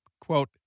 quote